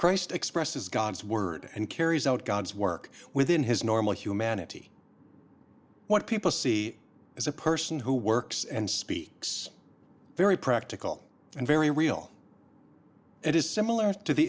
christ expressed as god's word and carries out god's work within his normal humanity what people see as a person who works and speaks very practical and very real and is similar to the